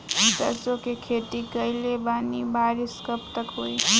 सरसों के खेती कईले बानी बारिश कब तक होई?